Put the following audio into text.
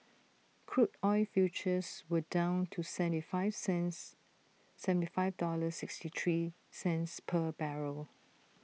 crude oil futures were down to seventy five cents seventy five dollars sixty three cents per barrel